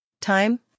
time